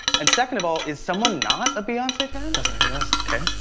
and second of all, is someone not a beyonce fan? and doesn't exist. okay.